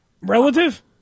Relative